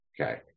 Okay